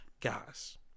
guys